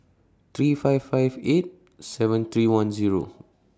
three five five eight seven three one Zero